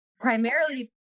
primarily